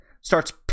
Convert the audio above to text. Starts